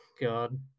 god